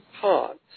parts